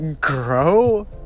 Grow